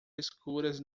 escuras